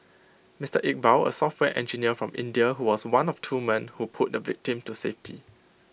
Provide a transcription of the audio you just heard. Mister Iqbal A software engineer from India who was one of two men who pulled the victim to safety